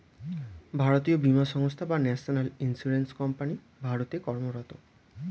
জাতীয় বীমা সংস্থা বা ন্যাশনাল ইন্স্যুরেন্স কোম্পানি ভারতে কর্মরত